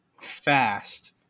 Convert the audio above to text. fast